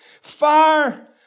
Fire